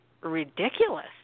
ridiculous